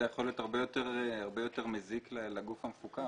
זה יכול להיות הרבה יותר מזיק לגוף המפוקח.